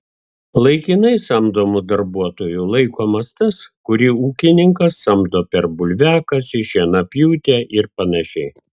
laikinai samdomu darbuotoju laikomas tas kurį ūkininkas samdo per bulviakasį šienapjūtę ir panašiai